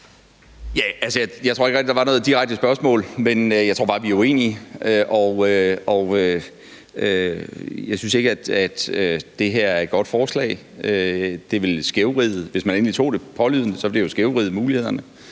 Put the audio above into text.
jeg tror ikke rigtig, at der var noget direkte spørgsmål. Jeg tror bare, vi er uenige. Jeg synes ikke, at det her er et godt forslag. Hvis man endelig tog det